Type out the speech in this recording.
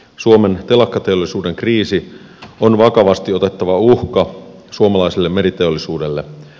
suomen telakkateollisuuden kriisi on vakavasti otettava uhka suomalaiselle meriteollisuudelle